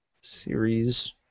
series